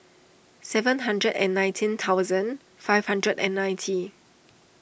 seven hundred and nineteen thousand five hundred and ninety